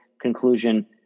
conclusion